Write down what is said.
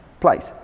place